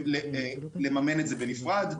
לממן את זה בנפרד.